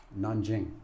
Nanjing